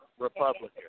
Republican